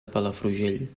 palafrugell